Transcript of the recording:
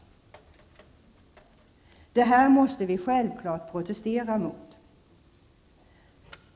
Självfallet måste vi protestera mot dessa förhållanden.